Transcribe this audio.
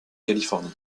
californie